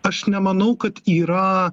aš nemanau kad yra